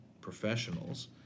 professionals